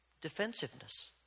defensiveness